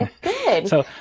Good